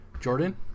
Jordan